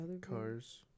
Cars